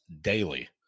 daily